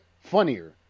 funnier